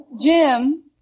Jim